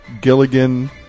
Gilligan